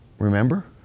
Remember